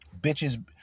bitches